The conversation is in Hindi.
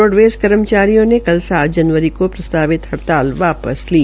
रोडवेज़ कर्मचारियों ने कल सात जनवरी को प्रस्तावित हड़ताल वापस ली